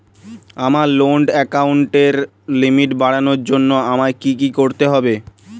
আমার লোন অ্যাকাউন্টের লিমিট বাড়ানোর জন্য আমায় কী কী করতে হবে?